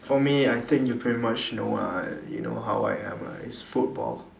for me I think you pretty much know ah you know how I am lah it's football